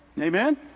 Amen